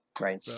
right